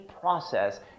process